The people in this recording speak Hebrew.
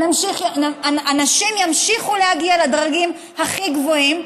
הנשים ימשיכו להגיע לדרגים הכי גבוהים,